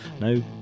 no